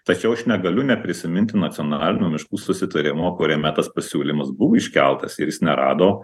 tačiau aš negaliu neprisiminti nacionalinio miškų susitarimo kuriame tas pasiūlymas buvo iškeltas ir jis nerado